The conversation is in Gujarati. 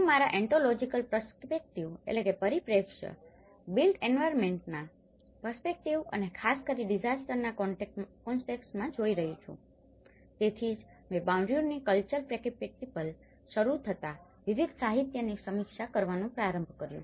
હું મારા ઓન્ટોલોજિકલ પર્સ્પેકટીવ perspectiveપરિપ્રેક્ષ્ય બિલ્ટ એન્વાયરમેન્ટના પર્સ્પેકટીવ અને ખાસ કરીને ડીઝાસ્ટરના કોન્ટેક્સ્ટમાં જોઈ રહ્યો છું તેથી જ મેં બોઉંર્ડીયુની કલ્ચરલકેપિટલથી શરૂ થતાં વિવિધ સાહિત્યની સમીક્ષા કરવાનું પ્રારંભ કર્યું